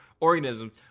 organisms